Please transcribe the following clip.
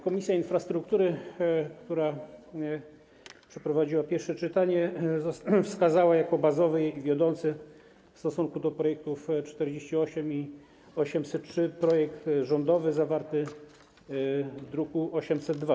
Komisja Infrastruktury, która przeprowadziła pierwsze czytanie, wskazała jako bazowy i wiodący w stosunku do projektów z druków nr 48 i 803 projekt rządowy zawarty w druku nr 802.